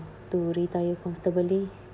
to retire comfortably